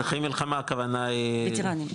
נכי מלחמה, הכוונה היא ווטרנים.